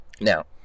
Now